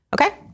Okay